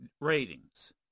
ratings